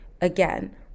again